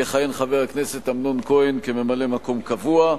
יכהן חבר הכנסת אמנון כהן כממלא-מקום קבוע,